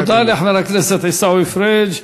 תודה לחבר הכנסת עיסאווי פריג'.